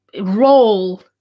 role